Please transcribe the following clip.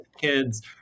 kids